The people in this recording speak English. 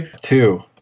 Two